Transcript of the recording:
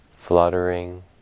fluttering